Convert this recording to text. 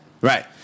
right